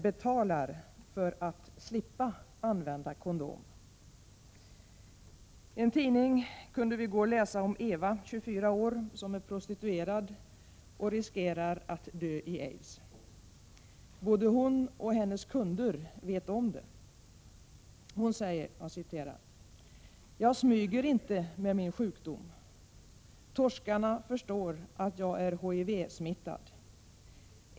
betalar för att slippa använda kondom. I en tidning kunde vi i går läsa om Eva 24 år, som är prostituerad och riskerar att dö i aids. Både hon och hennes kunder vet om det. Hon säger: ”Jag smyger inte med min sjukdom. Torskarna förstår att jag är HIV smittad.